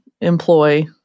employ